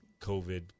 COVID